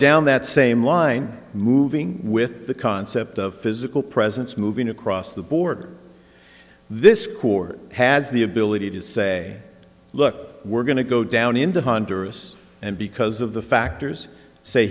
down that same line moving with the concept of physical presence moving across the board this court has the ability to say look we're going to go down into honduras and because of the factors say